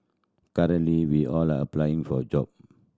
currently we all are applying for a job